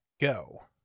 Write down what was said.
go